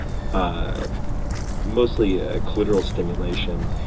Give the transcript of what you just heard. ah mostly ah clitoral stimulation,